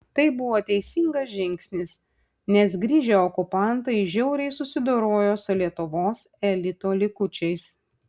tai buvo teisingas žingsnis nes grįžę okupantai žiauriai susidorojo su lietuvos elito likučiais